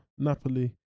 Napoli